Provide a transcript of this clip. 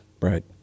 Right